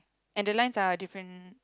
and the lines are different